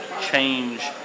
change